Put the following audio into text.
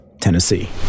Tennessee